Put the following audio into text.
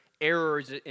errors